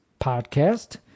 podcast